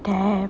damn